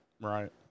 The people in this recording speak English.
right